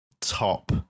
top